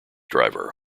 driver